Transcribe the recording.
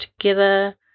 together